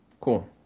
Cool